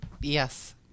Yes